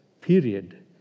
period